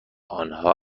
آنها